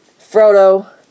Frodo